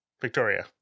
victoria